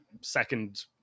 second